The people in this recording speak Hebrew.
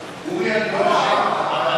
אורי, אני לא אשכח לך.